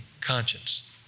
conscience